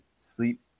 sleep